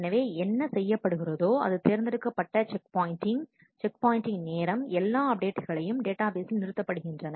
எனவே என்ன செய்யப்படுகிறதோ அது தேர்ந்தெடுக்கப்பட்ட செக் பாயின்ட்டிங் செக் பாயின்ட்டிங் நேரம் எல்லா அப்டேட் களையும் டேட்டா பேசில் நிறுத்தப்படுகின்றன